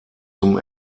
zum